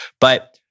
But-